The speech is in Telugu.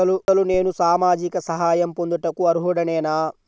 అసలు నేను సామాజిక సహాయం పొందుటకు అర్హుడనేన?